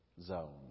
zone